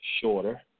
shorter